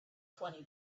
twenty